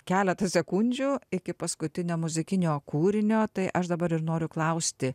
keletą sekundžių iki paskutinio muzikinio kūrinio tai aš dabar ir noriu klausti